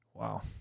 Wow